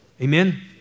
Amen